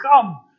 come